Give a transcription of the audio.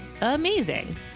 amazing